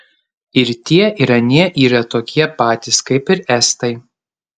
ir tie ir anie yra tokie patys kaip ir estai